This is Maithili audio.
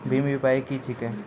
भीम यु.पी.आई की छीके?